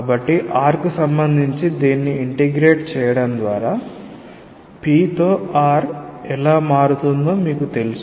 కాబట్టి r కు సంబంధించి దీన్ని ఇంటిగ్రేట్ చేయడం ద్వారా p తో r ఎలా మారుతుందో మీకు తెలుసు